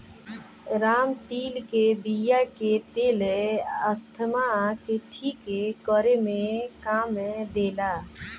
रामतिल के बिया के तेल अस्थमा के ठीक करे में काम देला